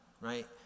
right